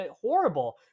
horrible